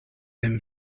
him